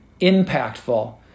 impactful